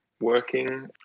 working